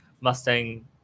Mustang